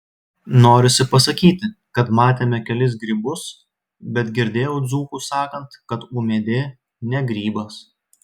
norisi pasakyti kad matėme kelis grybus bet girdėjau dzūkus sakant kad ūmėdė ne grybas